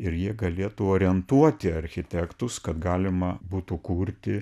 ir jie galėtų orientuoti architektus kad galima būtų kurti